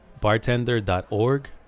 bartender.org